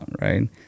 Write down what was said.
right